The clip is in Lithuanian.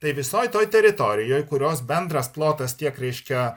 tai visoj toj teritorijoj kurios bendras plotas tiek reiškia